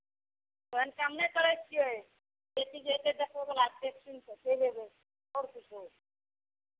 ओहन काम नहि करै छियै जे चीज छै देखयवला से देखि सुनि कऽ चलि अयबै आओर किछो